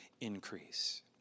increase